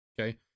Okay